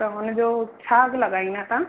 त हुन जो छा अघु लॻाईंदा तव्हां